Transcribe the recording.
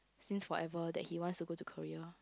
since forever that he wants to go to Korea